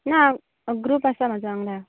ना ग्रुप आसा म्हजो वांगडा